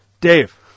Dave